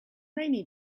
rainy